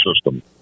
system